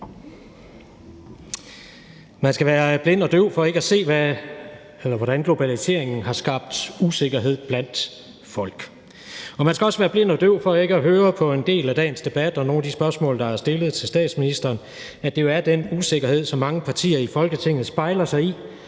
Man skal være blind og døv for ikke at se, hvordan globaliseringen har skabt usikkerhed blandt folk, og for ikke at kunne høre på en del af dagens debat og nogle af de spørgsmål, der er blevet stillet til statsministeren, at det jo er den usikkerhed, som mange partier i Folketinget spejler sig i